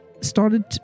started